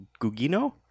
Gugino